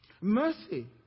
Mercy